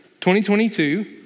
2022